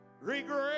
regret